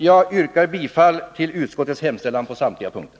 Jag yrkar bifall till finansutskottets hemställan på samtliga punkter.